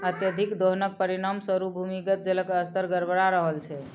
अत्यधिक दोहनक परिणाम स्वरूप भूमिगत जलक स्तर गड़बड़ा रहल छै